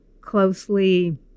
closely